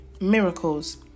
Miracles